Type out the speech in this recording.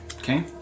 Okay